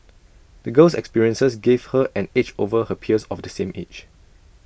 the girl's experiences gave her an edge over her peers of the same age